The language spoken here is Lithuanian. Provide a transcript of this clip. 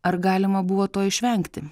ar galima buvo to išvengti